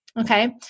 Okay